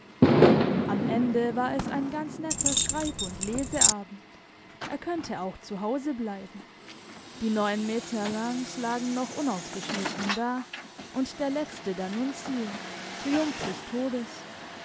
am ende war es ein ganz netter schreib und leseabend er könnte auch zu hause bleiben die neuen maeterlincks lagen noch unaufgeschnitten da und der letzte d'annunzio triumph des todes